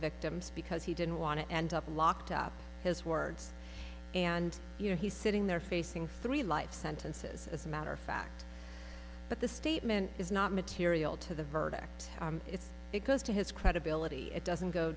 victims because he didn't want to end up locked up his words and you know he's sitting there facing three life sentences as a matter of fact but the statement is not material to the verdict it's it goes to his credibility it doesn't go